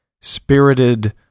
spirited